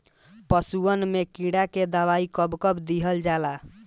पशुअन मैं कीड़ा के दवाई कब कब दिहल जाई?